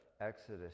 Exodus